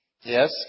Yes